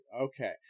Okay